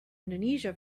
indonesia